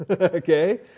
Okay